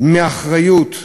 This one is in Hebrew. מהאחריות,